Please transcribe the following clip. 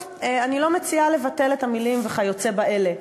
אני לא מציעה לבטל את המילים "וכיוצא באלה",